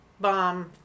bomb